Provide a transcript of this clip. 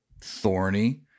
thorny